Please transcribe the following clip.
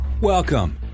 Welcome